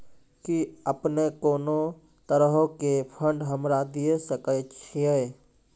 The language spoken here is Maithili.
कि अपने कोनो तरहो के फंड हमरा दिये सकै छिये?